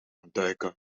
ontduiken